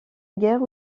guerre